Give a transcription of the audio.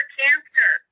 cancer